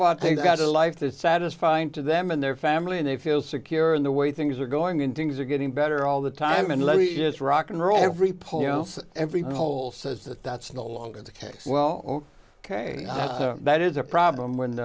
a life that satisfying to them and their family and they feel secure in the way things are going and things are getting better all the time and let me just rock and roll every poll every poll says that that's no longer the case well ok that is a problem when